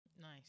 Nice